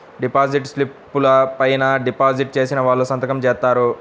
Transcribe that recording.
deposit స్లిపుల పైన deposit చేసిన వాళ్ళు సంతకం జేత్తారు